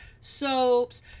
soaps